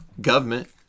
government